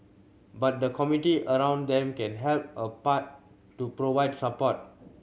but the community around them can help a part to provide support